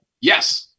Yes